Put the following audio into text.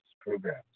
programs